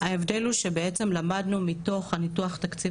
ההבדל הוא שבעצם למדנו מתוך ניתוח תקציב